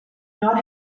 not